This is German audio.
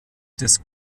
des